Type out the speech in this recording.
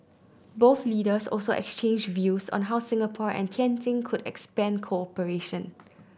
both leaders also exchanged views on how Singapore and Tianjin could expand cooperation